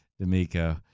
D'Amico